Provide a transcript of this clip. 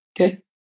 Okay